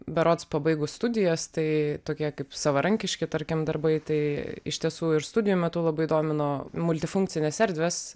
berods pabaigus studijas tai tokie kaip savarankiški tarkim darbai tai iš tiesų ir studijų metu labai domino multifunkcinės erdvės